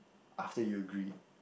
after you agreed